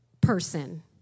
person